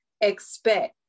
expect